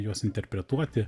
juos interpretuoti